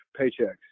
paychecks